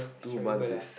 it's terrible ah